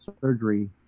surgery